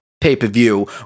pay-per-view